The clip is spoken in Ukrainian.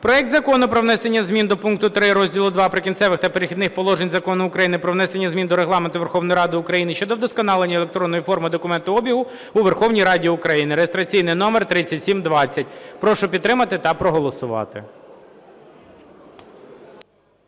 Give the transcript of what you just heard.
проект Закону про внесення зміни до пункту 3 розділу II "Прикінцеві та перехідні положення" Закону України "Про внесення змін до Регламенту Верховної Ради України щодо вдосконалення електронної форми документообігу у Верховній Раді України" (реєстраційний номер 3720). Прошу підтримати та проголосувати.